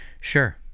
Sure